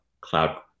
cloud